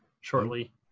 shortly